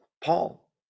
Paul